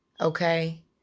Okay